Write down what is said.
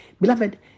Beloved